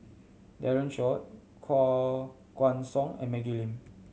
Daren Shiau Koh Guan Song and Maggie Lim